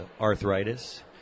arthritis